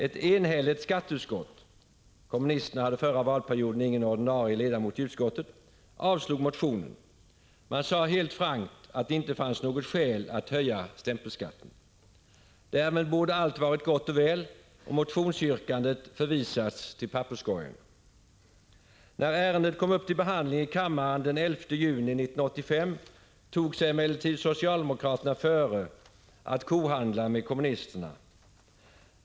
Ett enhälligt skatteutskott — kommunisterna hade förra valperioden ingen ordinarie ledamot i utskottet — avstyrkte motionen. Man sade helt frankt att det inte fanns något skäl att höja stämpelskatten. Därmed borde allt ha varit gott och väl och motionsyrkandet förvisat till papperskorgen. När ärendet kom upp till behandling i kammaren den 11 juni 1985 tog sig emellertid socialdemokraterna före att kohandla med kommunisterna.